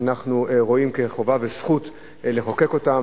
שאנחנו רואים כחובה וכזכות לחוקק אותם.